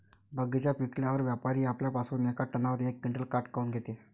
बगीचा विकल्यावर व्यापारी आपल्या पासुन येका टनावर यक क्विंटल काट काऊन घेते?